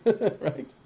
right